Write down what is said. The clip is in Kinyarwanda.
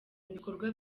ibikorwa